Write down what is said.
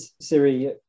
Siri